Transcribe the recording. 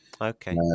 Okay